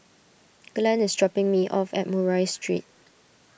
Glen is dropping me off at Murray Street